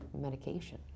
medication